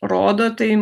rodo tai